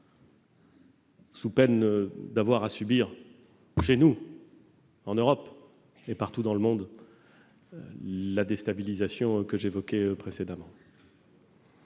sous peine d'avoir à subir chez nous, en Europe, et partout dans le monde, la déstabilisation que j'évoquais précédemment.